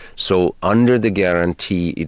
so under the guarantee,